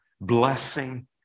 blessing